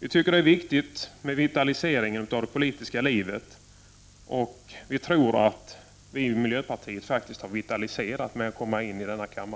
Det är viktigt att vi får en vitalisering av det politiska livet. Vi tror att miljöpartiet faktiskt har vitaliserat detta politiska liv genom att komma in i denna kammare.